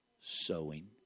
Sowing